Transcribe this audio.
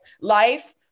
life